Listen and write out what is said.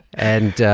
and,